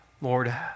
Lord